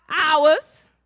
hours